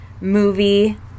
movie